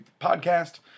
podcast